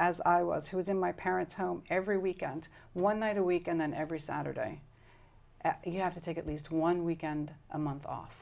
as i was who is in my parents home every week and one night a week and then every saturday you have to take at least one weekend a month off